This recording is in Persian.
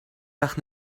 وقت